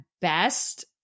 best